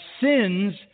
sins